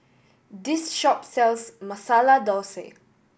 this shop sells Masala Thosai